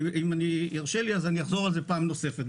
אם יורשה לי, אני אחזור על זה פעם נוספת.